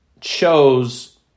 chose